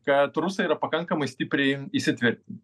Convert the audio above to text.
kad rusai yra pakankamai stipriai įsitvirtinę